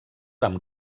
amb